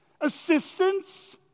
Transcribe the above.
assistance